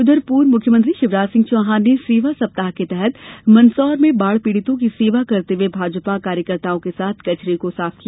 उधर पूर्व मुख्यमंत्री शिवराज सिंह चौहान ने सेवा सप्ताह के तहत मंदसौर में बाढ़ पीड़ितों की सेवा करते हुए भाजपा कार्यकर्ताओं के साथ कचरे को साफ किया